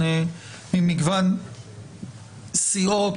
ממגוון סיעות.